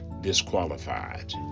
disqualified